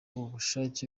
ubushake